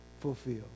fulfill